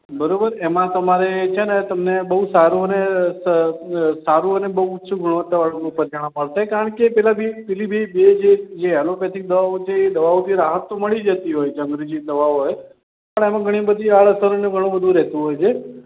બરાબર એમાં તમારે છે ને તમને બહુ સારું અને સારું અને બહુ ઉચ્ચ ગુણવત્તાવાળું પરિણામ મળશે કારણ કે પેલી બે પેલી બે જે ઍલોપેથિક દવાઓ છે એ દવાઓથી રાહત તો મળી જતી હોય અંગ્રેજી દવાઓ હોય પણ એમાં ઘણી બધી આડઅસર અને ઘણું બધું રહેતું હોય છે